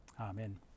Amen